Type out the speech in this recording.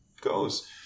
goes